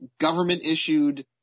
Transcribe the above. government-issued